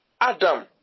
Adam